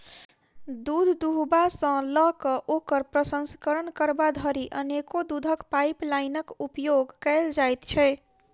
दूध दूहबा सॅ ल क ओकर प्रसंस्करण करबा धरि अनेको दूधक पाइपलाइनक उपयोग कयल जाइत छै